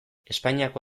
espainiako